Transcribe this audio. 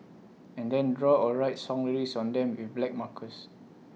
and then draw or write song lyrics on them with black markers